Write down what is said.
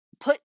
put